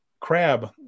crab